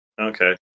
Okay